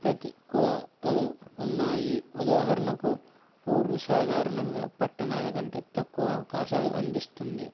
ప్రతికూలతలు ఉన్నాయి ఉదాహరణకి ఊర్లు సాధారణంగా పట్టణాల కంటే తక్కువ అవకాశాలు అందిస్తుంది